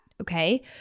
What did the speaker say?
okay